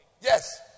yes